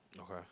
Okay